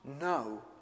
no